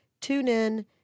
TuneIn